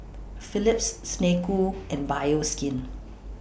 Phillips Snek Ku and Bioskin